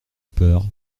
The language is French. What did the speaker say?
peur